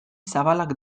zabalak